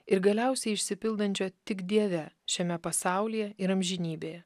ir galiausiai išsipildančio tik dieve šiame pasaulyje ir amžinybėje